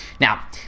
Now